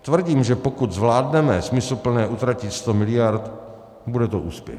Tvrdím, že pokud zvládneme smysluplně utratit 100 mld., bude to úspěch.